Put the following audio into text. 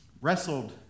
wrestled